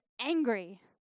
angry